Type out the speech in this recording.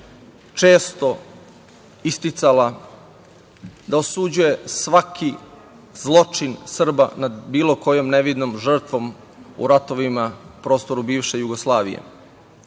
često isticala da osuđuje svaki zločin Srba nad bilo kojom nevinom žrtvom u ratovima na prostoru bivše Jugoslavije.